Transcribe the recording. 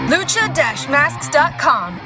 Lucha-Masks.com